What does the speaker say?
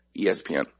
ESPN